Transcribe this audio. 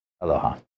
Aloha